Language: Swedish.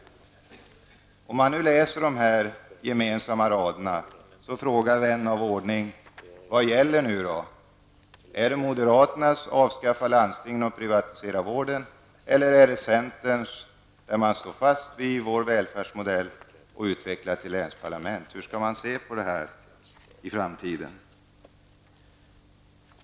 Vän av ordning frågar sig när han läser de här gemensamma raderna: Vad är det som nu skall gälla; moderaternas krav på avskaffande av landstingen och privatisering av vården eller centerns fasthållande vid vår välfärdsmodell och utveckling till ett länsparlament? Hur skall man se på detta i framtiden?